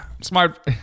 Smart